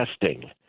testing